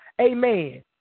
amen